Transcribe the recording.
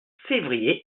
février